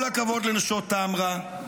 כל הכבוד לנשות טמרה,